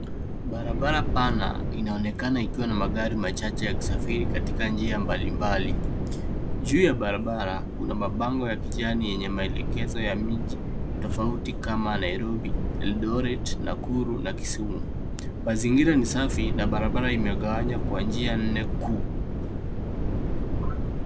Barabara pana inaonekana ikiwa na magari machache yakisafiri katika njia mbalimbali. Juu ya barabara kuna mabango ya kijani yenye maelekezo ya miji tofauti kama Nairobi, Eldoret, Nakuru na Kisumu. Mazingira ni safi na barabara imegawanywa kwa njia nne kuu.